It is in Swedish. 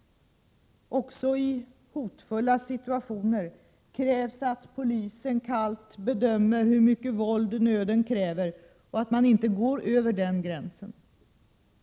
— Också i hotfulla situationer krävs att poliser kallt bedömer hur mycket våld nöden kräver och inte går över den gränsen.